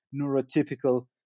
neurotypical